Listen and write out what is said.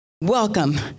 Welcome